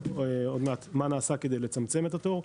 עוד מעט נציין מה נעשה כדי לצמצם את התור.